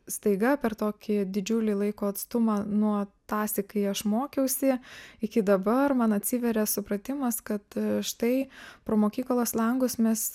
staiga per tokį didžiulį laiko atstumą nuo tąsyk kai aš mokiausi iki dabar man atsivėrė supratimas kad štai pro mokyklos langus mes